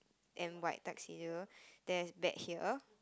and white tuxedo that's back here